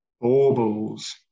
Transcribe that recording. Baubles